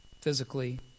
Physically